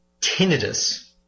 tinnitus